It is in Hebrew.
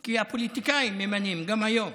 כי הפוליטיקאים ממנים גם היום.